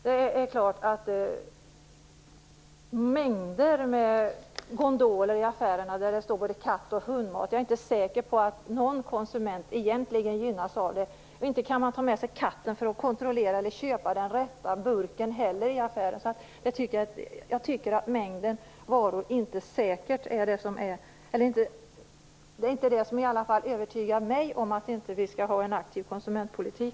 Jag är inte säker på att någon konsument egentligen gynnas av att affärerna har mängder av gondoler med både katt och hundmat. Man kan ju inte ta med sig katten för att köpa den rätta burken i affären. Mängden av varor är i alla fall inte det som övertygar mig om att vi inte skall ha en aktiv konsumentpolitik.